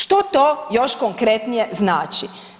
Što to još konkretnije znači?